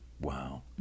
Wow